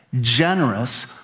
generous